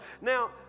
now